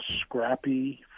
scrappy